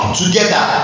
together